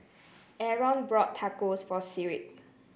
Arron bought Tacos for Sigrid